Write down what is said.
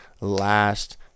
last